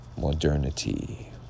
modernity